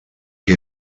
que